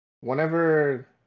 Whenever